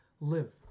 live